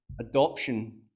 adoption